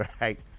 right